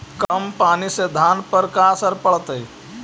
कम पनी से धान पर का असर पड़तायी?